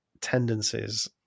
tendencies